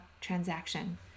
transaction